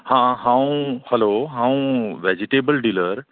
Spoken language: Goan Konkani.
हां हांव हॅलो हांव वॅजीटेबल डिलर